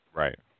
right